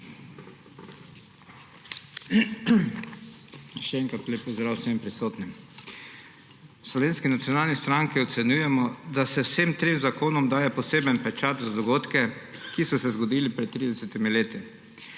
Še enkrat lep pozdrav vsem prisotnim! V Slovenski nacionalni stranki ocenjujemo, da se vsem trem zakonom daje poseben pečat za dogodke, ki so se zgodili pred 30 leti.